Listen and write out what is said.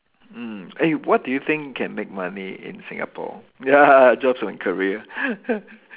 mm eh what do you think can make money in Singapore ya jobs and career